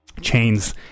Chains